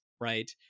right